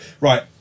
Right